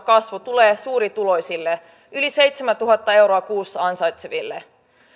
kasvu tulee suurituloisille yli seitsemäntuhatta euroa kuussa ansaitseville